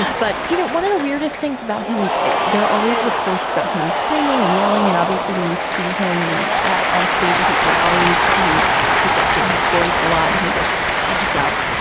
but, you know, one of the weirdest things about him is there are always reports about him screaming and yelling. and obviously when you see him at on-stage, his rallies, he's projecting his voice a lot and he looks amped up.